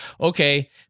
okay